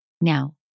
Now